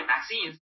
vaccines